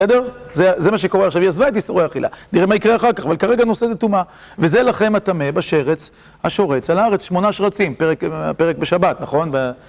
בסדר? זה מה שקורה עכשיו, היא עזבה את איסורי האכילה, נראה מה יקרה אחר כך, אבל כרגע הנושא זה טומאה, וזה לכם הטמא בשרץ השורץ על הארץ, שמונה שרצים, פרק בשבת, נכון?